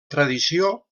tradició